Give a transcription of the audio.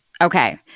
Okay